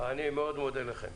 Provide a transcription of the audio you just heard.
אני מאוד מודה לכם.